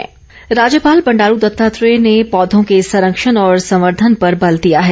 राज्यपाल राज्यपाल बंडारू दत्तात्रेय ने पौधों के संरक्षण और संवर्धन पर बल दिया है